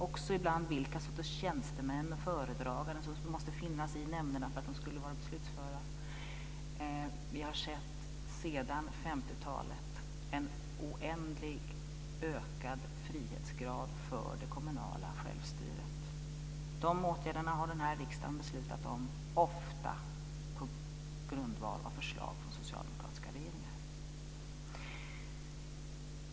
Ibland föreskrevs också vilka sorters tjänstemän och föredragande som måste finnas i nämnderna för att de skulle vara beslutsföra. Vi har sedan 50-talet sett en oändligt ökad frihetssgrad i fråga om det kommunala självstyret. De åtgärderna har den här riksdagen beslutat om, ofta på grundval av förslag från socialdemokratiska regeringar.